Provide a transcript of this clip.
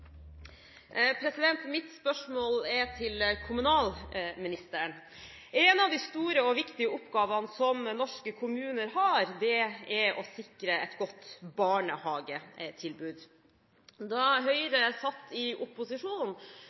Mitt spørsmål er til kommunalministeren. En av de store og viktige oppgavene som norske kommuner har, er å sikre et godt barnehagetilbud. Da Høyre satt i opposisjon,